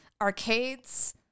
arcades